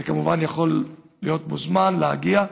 אתה כמובן יכול להיות מוזמן להגיע.